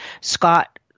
Scott